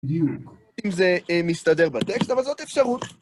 אם זה מסתדר בטקסט, אבל זאת אפשרות.